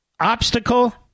Obstacle